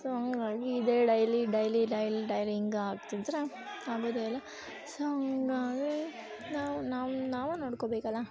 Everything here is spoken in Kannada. ಸೊ ಹಂಗಾಗಿ ಇದೇ ಡೈಲಿ ಡೈಲಿ ಡೈಲಿ ಡೈಲಿ ಹಿಂಗಾ ಆಗ್ತಿದ್ರೆ ಆಗೋದೇ ಇಲ್ಲ ಸೊ ಹಾಗಾಗೀ ನಾವು ನಮ್ಮ ನಾವು ನೋಡ್ಕೋಬೇಕಲ್ವ